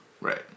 Right